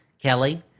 Kelly